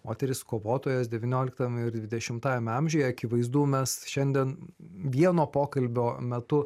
moteris kovotojas devynioliktam ir dvidešimtajame amžiuje akivaizdu mes šiandien vieno pokalbio metu